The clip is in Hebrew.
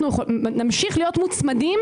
אנחנו נמשיך להיות מוצמדים,